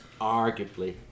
arguably